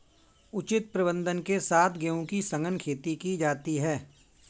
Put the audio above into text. उचित प्रबंधन के साथ गेहूं की सघन खेती की जाती है